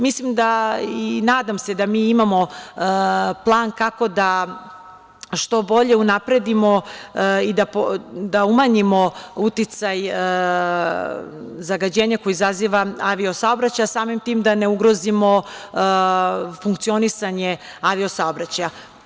Mislim da i nadam se da mi imamo plan kako da što bolje unapredimo i da umanjimo uticaj zagađenja koji izaziva avio-saobraćaj, a samim tim da ne ugrozimo funkcionisanje avio-saobraćaja.